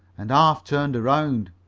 and half turned around.